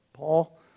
Paul